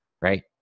right